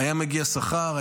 היה מגיע שכר,